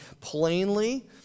plainly